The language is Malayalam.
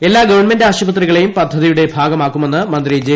എല്ലാ ഗവൺമെന്റ് ആശുപത്രികളേയൂട് പ്രദ്ധതിയുടെ ഭാഗമാക്കുമെന്ന് മന്ത്രി ജെ